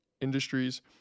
industries